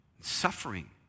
suffering